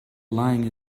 lying